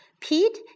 Pete